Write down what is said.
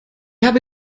hab